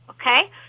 Okay